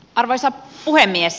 arvoisa puhemies